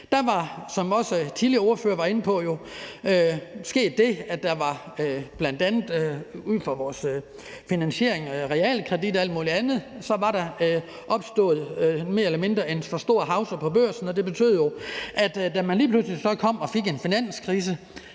Der var, hvad også tidligere ordførere var inde på, sket det, at der bl.a. som følge af finansiering af realkredit og alt muligt andet var opstået en for stor hausse på børsen, og det betød jo, at da man lige pludselig så fik en finanskrise,